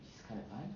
it's kind of fun